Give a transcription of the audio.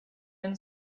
been